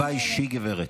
תתביישי, גברת.